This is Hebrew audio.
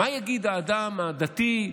מה יגיד האדם הדתי,